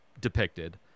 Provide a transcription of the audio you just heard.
depicted